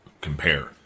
compare